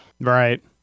Right